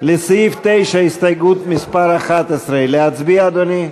לסעיף 9, הסתייגות מס' 11, להצביע, אדוני?